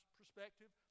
perspective